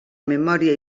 memòria